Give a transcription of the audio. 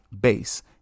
base